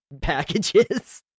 packages